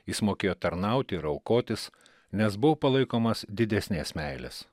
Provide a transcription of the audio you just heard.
jis mokėjo tarnauti ir aukotis nes buvo palaikomas didesnės meilės